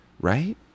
right